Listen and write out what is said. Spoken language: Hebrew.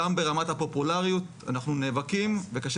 גם ברמת הפופולריות אנחנו נאבקים וקשה